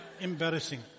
embarrassing